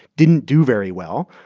didn't do very well.